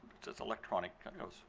it's it's electronic,